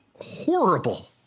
horrible